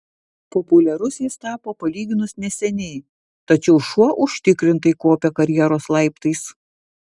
populiarus jis tapo palyginus neseniai tačiau šuo užtikrintai kopia karjeros laiptais